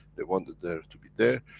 they wanted there to be there.